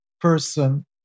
person